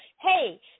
Hey